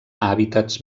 hàbitats